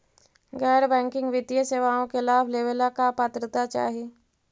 गैर बैंकिंग वित्तीय सेवाओं के लाभ लेवेला का पात्रता चाही?